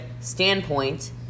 standpoint